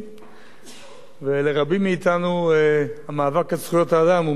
ולרבים מאתנו המאבק על זכויות האדם הוא מאבק של חיים.